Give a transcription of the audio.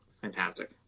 fantastic